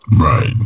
Right